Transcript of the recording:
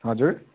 हजुर